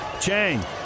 Chang